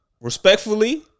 respectfully